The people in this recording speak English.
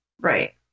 Right